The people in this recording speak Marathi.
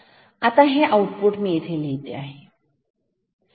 आता हे आउटपुट मी हे इथे लिहितो